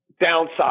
downside